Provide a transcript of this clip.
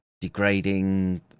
degrading